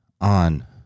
on